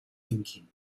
thinking